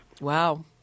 wow